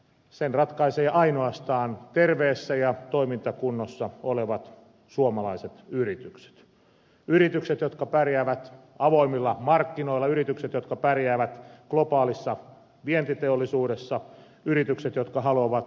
sen ratkaisevat ainoastaan terveessä ja toimintakunnossa olevat suomalaiset yritykset yritykset jotka pärjäävät avoimilla markkinoilla yritykset jotka pärjäävät globaalissa vientiteollisuudessa yritykset jotka haluavat yrityksensä kasvavan